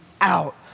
out